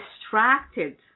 distracted